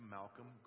Malcolm